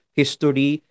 history